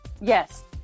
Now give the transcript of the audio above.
Yes